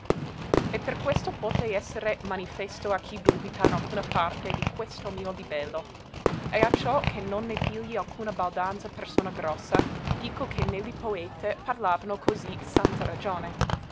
e per questo puote essere manifesto a chi dubita in alcuna parte di questo mio libello e acciò che non ne pigli alcuna baldanza persona grossa dico che né li poete parlavano così sanza ragione